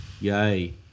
Yay